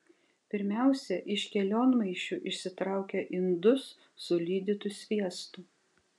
pirmiausia iš kelionmaišių išsitraukia indus su lydytu sviestu